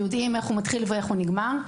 שיודעים איך הוא מתחיל ואיך הוא נגמר.